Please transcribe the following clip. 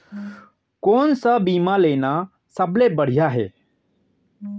कोन स बीमा लेना सबले बढ़िया हे?